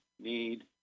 need